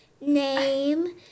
name